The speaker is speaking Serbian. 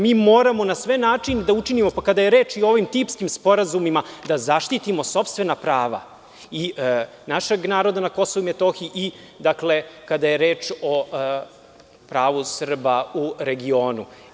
Moramo na sve načine da učinimo, kada je reč i o ovim tipskim sporazumima, da zaštitimo sopstvena prava, našeg naroda na KiM i kada je reč o pravu Srba u regionu.